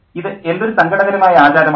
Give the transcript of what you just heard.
ഇത് എന്തൊരു സങ്കടകരമായ ആചാരമാണ്